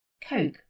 coke